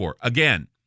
Again